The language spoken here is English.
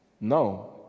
no